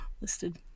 Listed